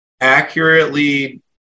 accurately